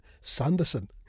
Sanderson